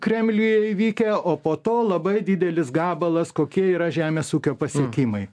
kremliuje įvykę o po to labai didelis gabalas kokie yra žemės ūkio pasiekimai